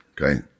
Okay